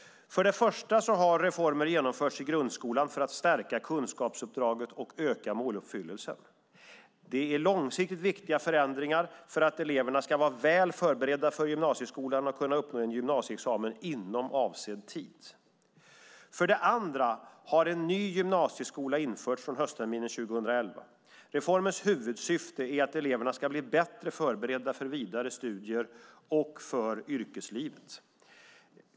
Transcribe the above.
För det första har reformer genomförts i grundskolan för att stärka kunskapsuppdraget och öka måluppfyllelsen. Det är långsiktigt viktiga förändringar för att eleverna ska vara väl förberedda för gymnasieskolan och kunna uppnå en gymnasieexamen inom avsedd tid. För det andra har en ny gymnasieskola införts från höstterminen 2011. Reformens huvudsyfte är att eleverna ska bli bättre förberedda för vidare studier och för yrkeslivet.